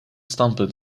standpunt